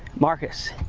marcus?